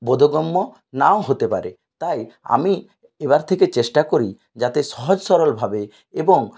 বোধগম্য নাও হতে পারে তাই আমি এবার থেকে চেষ্টা করি যাতে সহজ সরলভাবে এবং